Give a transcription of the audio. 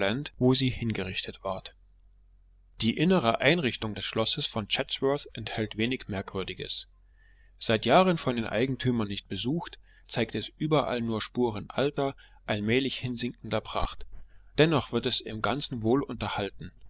wo sie hingerichtet ward die innere einrichtung des schlosses von chatsworth enthält wenig merkwürdiges seit jahren von den eigentümern nicht besucht zeigt es überall nur spuren alter allmählich hinsinkender pracht dennoch wird es im ganzen wohl unterhalten